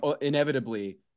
inevitably